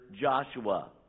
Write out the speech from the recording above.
Joshua